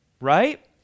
right